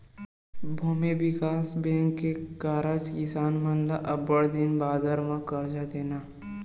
भूमि बिकास बेंक के कारज किसान मन ल अब्बड़ दिन बादर म करजा देना